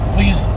Please